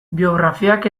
biografiak